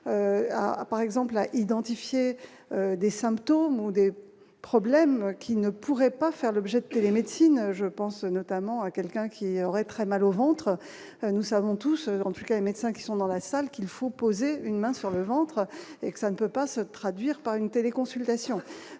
par exemple à identifier des symptômes ou des problèmes qui ne pourrait pas faire l'objet de télémédecine, je pense notamment à quelqu'un qui aurait très mal au ventre, nous savons tous, en tout cas les médecins qui sont dans la salle, qu'il faut poser une main sur le ventre et que ça ne peut pas se traduire par une téléconsultation,